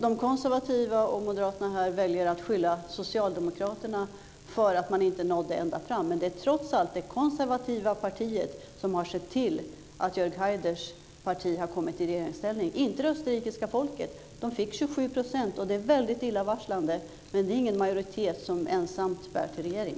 De konservativa, och moderaterna här, väljer att skylla på socialdemokraterna för att man inte nådde ända fram. Men det är trots allt det konservativa partiet som har sett till att Jörg Haiders parti har kommit i regeringsställning - inte det österrikiska folket. De fick 27 %, och det är väldigt illavarslande. Men det är ingen majoritet som ensam bär till regering.